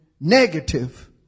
negative